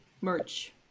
merch